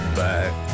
back